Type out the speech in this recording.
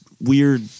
weird